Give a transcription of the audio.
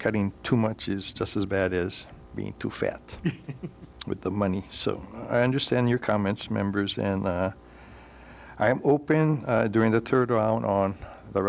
cutting too much is just as bad as being too fat with the money so i understand your comments members and i am open during the third round on